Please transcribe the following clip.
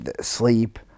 sleep